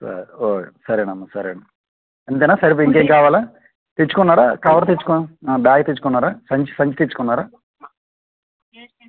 sir ఓ సరే అమ్మ సరేను అంతేనా సరిపోయిందా ఇంకా ఏం కావాలి తెచ్చుకున్నారా కవర్ తెచ్చుకుని బ్యాగ్ తెచ్చుకున్నరా సంచ్ సంచి తెచ్చుకున్నారా